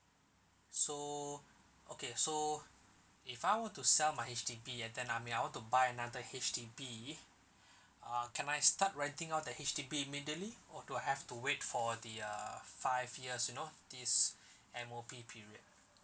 so okay so if I were to sell my H_D_B and then I mean I want to buy another H_D_B uh can I start renting out the H_D_B immediately or do I have to wait for the uh five years you know this M_O_P period